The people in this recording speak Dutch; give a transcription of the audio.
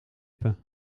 knippen